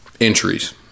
entries